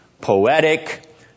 Poetic